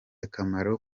akamaro